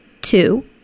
two